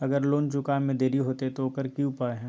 अगर लोन चुकावे में देरी होते तो ओकर की उपाय है?